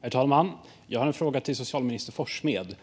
Herr talman! Jag har en fråga till socialminister Forssmed.